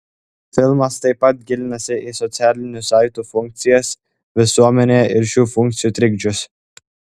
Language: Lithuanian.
filmas taip pat gilinasi į socialinių saitų funkcijas visuomenėje ir šių funkcijų trikdžius